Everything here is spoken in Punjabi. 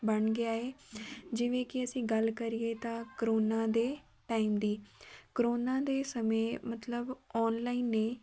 ਬਣ ਗਿਆ ਏ ਜਿਵੇਂ ਕਿ ਅਸੀਂ ਗੱਲ ਕਰੀਏ ਤਾਂ ਕਰੋਨਾ ਦੇ ਟਾਈਮ ਦੀ ਕਰੋਨਾ ਦੇ ਸਮੇਂ ਮਤਲਬ ਔਨਲਾਈਨ ਨੇ